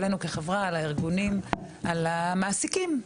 עלינו כחברה, על הארגונים, על המעסיקים.